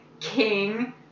King